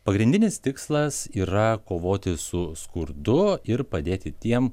pagrindinis tikslas yra kovoti su skurdu ir padėti tiem